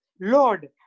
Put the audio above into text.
Lord